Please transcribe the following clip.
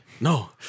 No